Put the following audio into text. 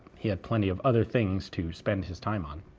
he had plenty of other things to spend his time on.